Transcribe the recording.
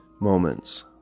moments